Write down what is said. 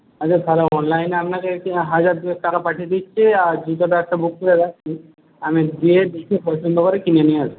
আচ্ছা তাহলে অনলাইনে আপনাকে হাজার দুয়েক টাকা পাঠিয়ে দিচ্ছি আর জুতোটা একটা বুক করে রাখছি আমি গিয়ে দেখে পছন্দ করে কিনে নিয়ে আসব